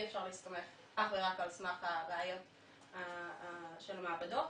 אפשר להסתמך אך ורק על סמך הראיה של המעבדות,